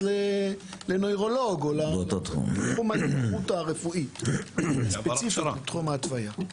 אז לנוירולוג - סכום הסמכות הרפואית ספציפית בתחום ההתוויה.